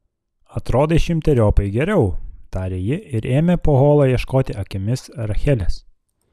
atrodai šimteriopai geriau tarė ji ir ėmė po holą ieškoti akimis rachelės